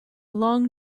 long